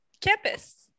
campus